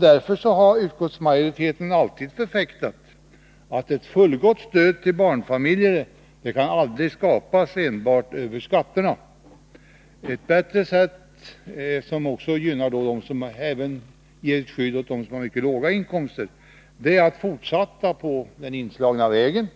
Därför har utskottsmajoriteten avsiktligt förfäktat att ett fullgott stöd till barnfamiljer aldrig kan skapas enbart över skatterna. Ett bättre sätt, som även skyddar dem med mycket låga inkomster, är att fortsätta på den inslagna vägen,